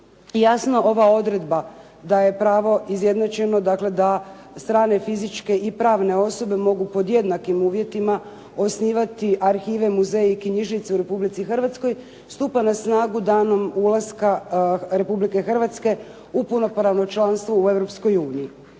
jasno, ova odredba da je pravo izjednačeno, dakle da strane fizičke i pravne osobe mogu pod jednakim uvjetima osnivati arhive, muzeje i knjižnice u Republici Hrvatskoj stupa na snagu danom ulaska Republike Hrvatske u punopravno članstvo u Europskoj uniji.